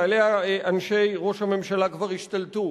שעליה אנשי ראש הממשלה כבר השתלטו,